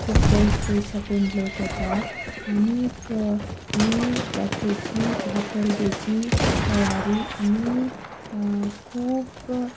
खूब पयस पयस साकून लोक येतात आनी ही जात्रेची ह्या परबेची तयारी आमी खूब